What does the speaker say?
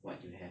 what you have